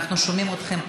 אנחנו שומעים אתכם פה.